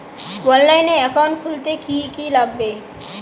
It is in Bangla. অনলাইনে একাউন্ট খুলতে কি কি লাগবে?